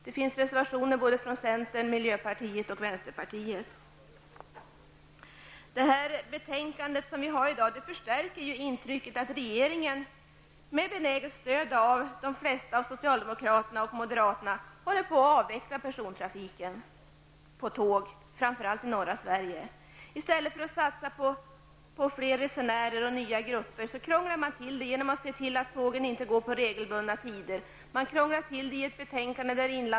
Det finns reservationer i den frågan från både centern, miljöpartiet och vänstern. stället för att satsa på fler resenärer och nya grupper krånglar man till det genom att se till att tågen inte går på regelbundna tider.